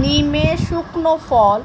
নিমের শুকনো ফল,